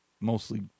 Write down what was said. mostly